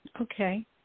Okay